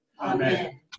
Amen